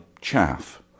chaff